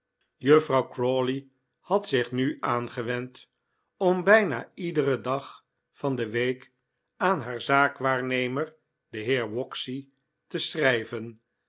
juffrouw crawley had zich nu aangewend om bijna iederen dag van de week aan haar zaakwaarnemer den heer waxy te schrijven